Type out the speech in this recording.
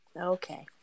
okay